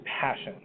passion